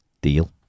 deal